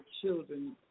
children